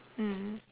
mm